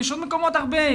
יש עוד מקומות רבים,